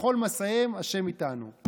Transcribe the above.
בכל מסעיהם ה' איתנו.